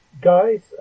guys